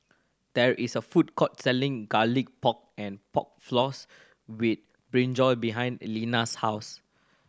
there is a food court selling Garlic Pork and Pork Floss with brinjal behind Lenna's house